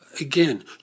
again